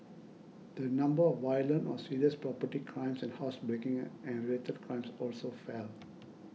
the number of violent or serious property crimes and housebreaking and related crimes also fell